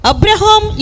Abraham